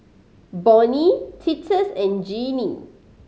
Bonny Titus and Jeannie